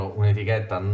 un'etichetta